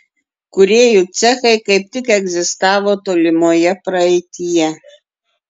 kūrėjų cechai kaip tik egzistavo tolimoje praeityje